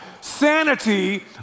sanity